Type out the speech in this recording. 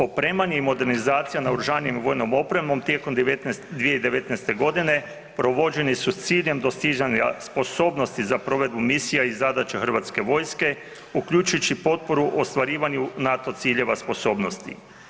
Opremanje i modernizacija naoružanjem i vojnom opremom tijekom 2019. g. provođeni su s ciljem dostizanja sposobnosti za provedbu misija i zadaća HV-a uključujući potporu u ostvarivanju NATO ciljeva sposobnosti.